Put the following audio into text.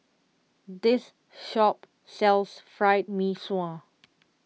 this shop sells Fried Mee Sua